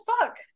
fuck